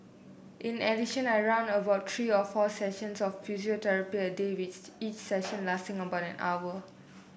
in addition I run about three or four sessions of physiotherapy a day with each session lasting about an hour